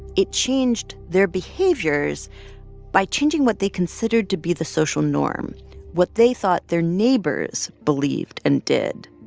it changed their behaviors by changing what they considered to be the social norm what they thought their neighbors believed and did.